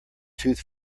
tooth